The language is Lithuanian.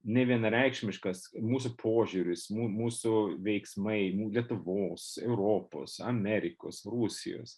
nevienareikšmiškas mūsų požiūris mu mūsų veiksmai mūsų lietuvos europos amerikos rusijos